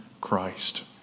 Christ